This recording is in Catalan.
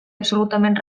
absolutament